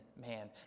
man